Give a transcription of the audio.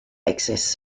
excess